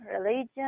religion